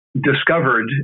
discovered